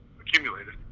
accumulated